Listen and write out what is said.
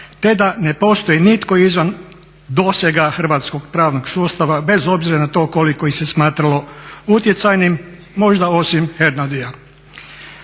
te da ne postoji nitko izvan dosega hrvatskog pravnog sustava bez obzira na to koliko ih se smatralo utjecajnim možda osim Hernadia.